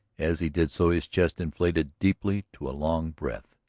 as he did so his chest inflated deeply to a long breath.